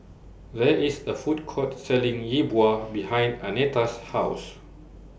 There IS A Food Court Selling Yi Bua behind Annetta's House